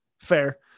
Fair